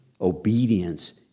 Obedience